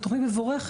זאת תוכנית מבורכת,